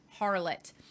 harlot